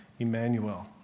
Emmanuel